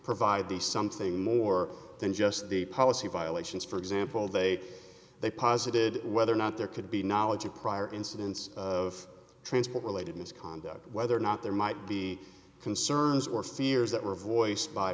provide the something more than just the policy violations for example they they posited whether or not there could be knowledge of prior incidents of transport related misconduct whether or not there might be concerns or fears that were voiced by